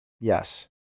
Yes